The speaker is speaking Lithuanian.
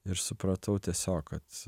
ir supratau tiesiog kad